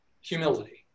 Humility